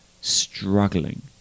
struggling